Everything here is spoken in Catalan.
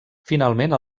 finalment